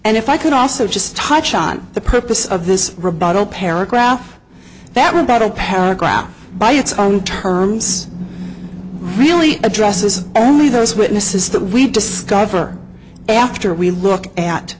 and if i could also just touch on the purpose of this rebuttal paragraph that rebuttal paragraph by its own terms really addresses only those witnesses that we discover after we look at